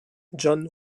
john